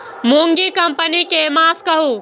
मूँग पकनी के मास कहू?